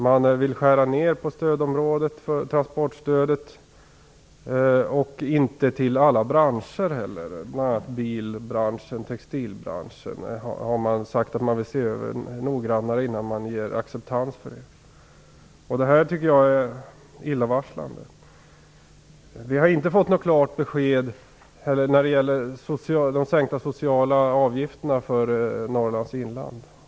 Man vill skära ned på stödområdet för transportstödet och även vad gäller antalet branscher. Så är bl.a. fallet med bilbranschen och textilbranschen, som man vill studera noggrannare innan man är beredd att ge ett klartecken. Jag tycker att detta är illavarslande. Vi har inte heller fått några klara besked vad gäller de sänkta sociala avgifterna för Norrlands inland.